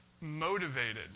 motivated